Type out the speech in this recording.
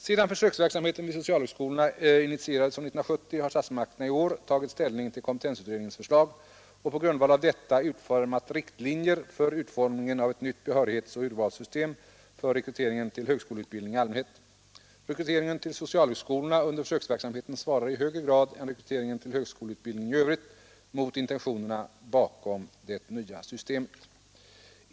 Sedan försöksverksamheten vid socialhögskolorna initierats år 1970 har statsmakterna i år tagit ställning till kompetensutredningens förslag och på grundval av detta utformat riktlinjer för utformningen av ett nytt behörighetsoch urvalssystem för rekryteringen till högskoleutbildning i allmänhet. Rekryteringen till socialhögskolorna under försöksverksamheten svarar i högre grad än rekryteringen till högskoleutbildning i övrigt mot intentionerna bakom det nya systemet.